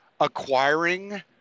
acquiring